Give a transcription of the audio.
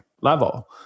level